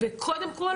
כשהוא מאיים עליה,